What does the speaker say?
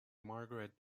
margaret